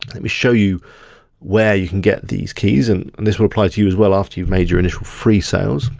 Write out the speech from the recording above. let me show you where you can get these keys and this will apply to you as well after you've made your initial three sales.